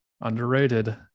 underrated